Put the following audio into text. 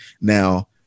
now-